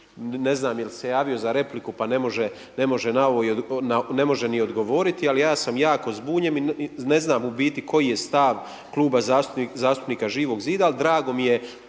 Ne znam je li se javio za repliku pa ne može ni odgovoriti, ali ja sam jako zbunjen i ne znam u biti koji je stav Kluba zastupnika Živog zida, ali drago mi je